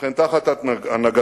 ובכן, תחת הנהגתך